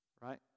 right